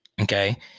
Okay